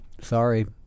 sorry